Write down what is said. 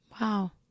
Wow